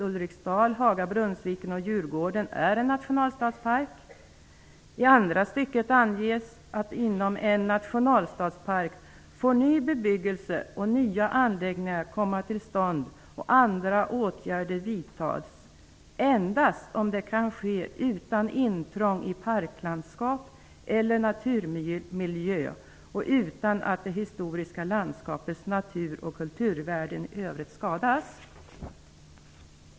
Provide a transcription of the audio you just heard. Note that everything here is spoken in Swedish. Ulriksdal-Haga-Brunnsviken-Djurgården är en nationalstadspark. I andra stycket anges att inom en nationalstadspark får ny bebyggelse och nya anläggningar komma tills stånd och andra åtgärder vidtas endast om det kan ske utan intrång i parklandskap eller naturmiljö och utan att det historiska landskapets natur och kulturvärden i övrigt skadas.